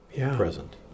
present